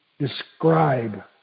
describe